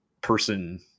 person